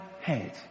head